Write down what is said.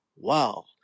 wow